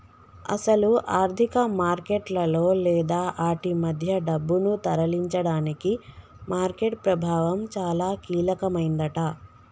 అసలు ఆర్థిక మార్కెట్లలో లేదా ఆటి మధ్య డబ్బును తరలించడానికి మార్కెట్ ప్రభావం చాలా కీలకమైందట